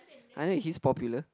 I think he's popular